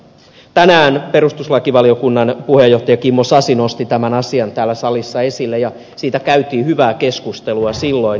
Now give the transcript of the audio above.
tänään perustuslakivaliokunnan puheenjohtaja kimmo sasi nosti tämän asian täällä salissa esille ja siitä käytiin hyvää keskustelua silloin